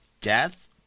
death